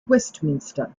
westminster